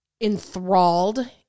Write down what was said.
enthralled